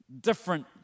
different